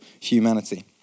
humanity